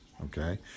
okay